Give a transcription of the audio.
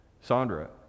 Sandra